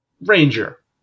Ranger